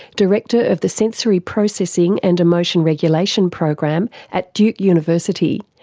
director of the sensory processing and emotion regulation program at duke university,